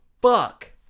fuck